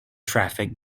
traffic